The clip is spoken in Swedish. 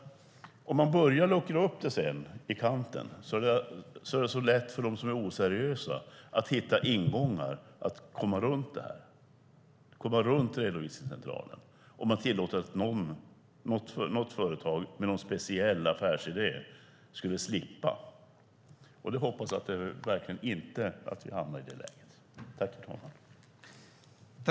Om man börjar luckra upp reglerna är det lätt för oseriösa att hitta ingångar för att komma runt kravet på redovisningscentral. Det kan hända ifall något företag med någon speciell affärsidé slipper ha redovisningscentral. Jag hoppas att vi inte hamnar i det läget.